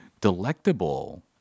delectable